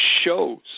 shows